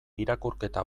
irakurketa